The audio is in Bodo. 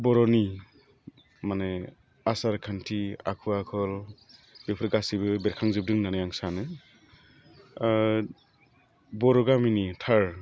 बर'नि माने आसार खान्थि आखु आखल बेफोर गासैबो बेरखां जोबदों होन्नानै आं सानो बर' गामिनि थार